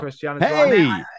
Hey